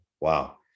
Wow